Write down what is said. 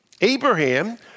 Abraham